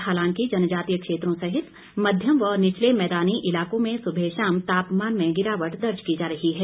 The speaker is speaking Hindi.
हालांकि जनजातीय क्षेत्रों सहित मध्यम व निचले मैदानी इलाकों में सुबह शाम तापमान में गिरावट दर्ज की जा रही है